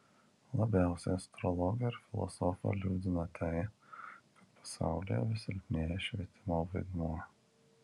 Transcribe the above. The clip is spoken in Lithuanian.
labiausiai astrologą ir filosofą liūdina tai kad pasaulyje vis silpnėja švietimo vaidmuo